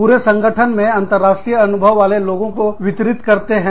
पूरे संगठन में अंतरराष्ट्रीय अनुभव वाले लोगों को वितरित करते हैं